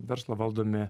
verslo valdomi